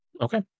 okay